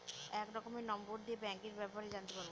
এক রকমের নম্বর দিয়ে ব্যাঙ্কের ব্যাপারে জানতে পারবো